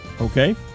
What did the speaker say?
Okay